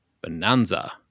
Bonanza